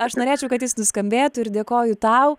aš norėčiau kad jis nuskambėtų ir dėkoju tau